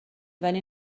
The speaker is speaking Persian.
ولی